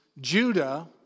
Judah